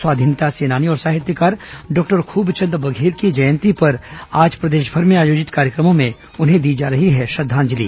स्वाधीनता सेनानी और साहित्यकार डॉक्टर खूबचंद बघेल की जयंती पर आज प्रदेशभर में आयोजित कार्यक्रमों में उन्हें दी जा रही है श्रद्धांजलि